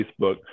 Facebook